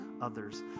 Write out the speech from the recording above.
others